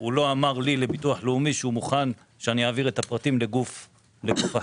הוא לא אמר לביטוח הלאומי שהוא מוכן שיעביר את הפרטים לגוף אחר.